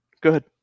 Good